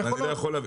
במכולות.